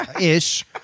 ish